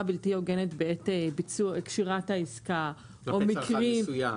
בלתי הוגנת בעת קשירת העסקה -- כלפי צרכן מסוים.